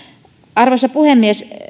arvoisa puhemies